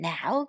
Now